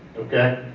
okay?